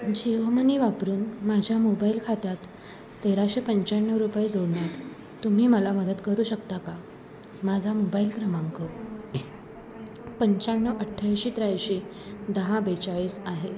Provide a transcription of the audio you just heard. Jio money वापरून माझ्या mobile खात्यात तेराशे पंच्याण्णव रुपये जोडण्यात तुम्ही मला मदत करू शकता का माझा मोबाईल क्रमांक पंच्याण्णव अठ्ठ्याऐंशी त्र्याऐंशी दहा बेचाळीस आहे